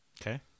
okay